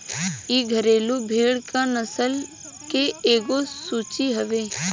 इ घरेलु भेड़ के नस्ल के एगो सूची हवे